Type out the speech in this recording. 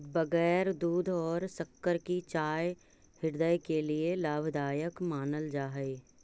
बगैर दूध और शक्कर की चाय हृदय के लिए लाभदायक मानल जा हई